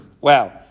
Wow